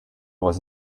was